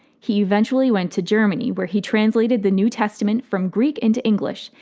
he eventually went to germany where he translated the new testament from greek into english,